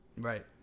Right